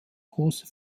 große